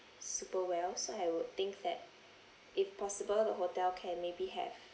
super well so I would think that if possible the hotel can maybe have